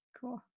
Cool